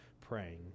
praying